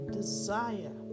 desire